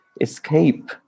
escape